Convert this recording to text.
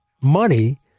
money